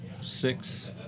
six